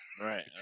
Right